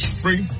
free